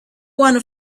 want